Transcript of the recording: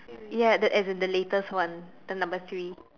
ya the as in the latest one the number three